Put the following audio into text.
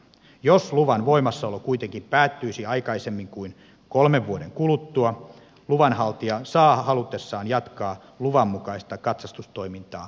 jos luvan voimassaolo kuitenkin päättyisi aikaisemmin kuin kolmen vuoden kuluttua luvanhaltija saa halutessaan jatkaa luvanmukaista katsastustoimintaa kolme vuotta